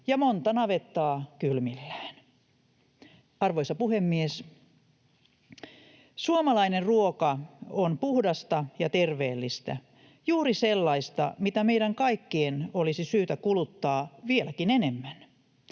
ja monta navettaa kylmillään. Arvoisa puhemies! Suomalainen ruoka on puhdasta ja terveellistä, juuri sellaista, mitä meidän kaikkien olisi syytä kuluttaa vieläkin enemmän.